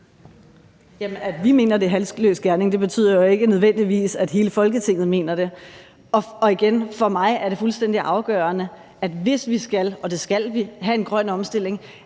at vi mener, det er halsløs gerning, betyder jo ikke nødvendigvis, at hele Folketinget mener det. Og igen vil jeg sige, at det for mig er fuldstændig afgørende, at hvis vi skal – og det skal vi – have en grøn omstilling,